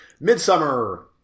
Midsummer